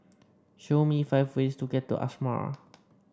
show me five ways to get to Asmara